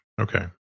Okay